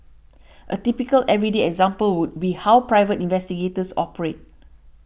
a typical everyday example would be how private investigators operate